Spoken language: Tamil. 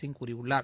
சிய் கூறியுள்ளார்